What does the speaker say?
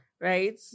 Right